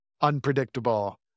unpredictable